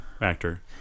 actor